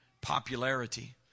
popularity